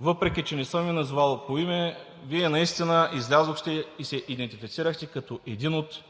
въпреки че не съм Ви назовал по име, Вие наистина излязохте и се идентифицирахте като един от